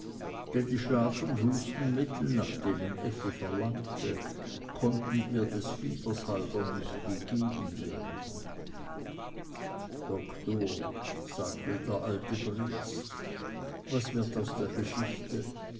die schlaf und hustenmittel nach denen effi verlangte konnten ihr des fiebers halber nicht gegeben werden doktor sagte der alte briest was wird aus der geschichte